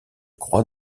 croix